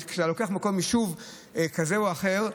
כשאתה לוקח יישוב כזה או אחר,